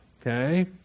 okay